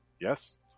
Yes